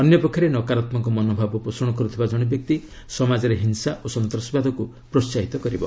ଅନ୍ୟପକ୍ଷରେ ନକାରାତ୍ମକ ମନୋଭାବ ପୋଷଣ କରୁଥିବା କଣେ ବ୍ୟକ୍ତି ସମାଜରେ ହିଂସା ଓ ସନ୍ତାସବାଦକୁ ପ୍ରୋହାହିତ କରିବ